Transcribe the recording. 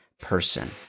person